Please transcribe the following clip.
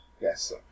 Yes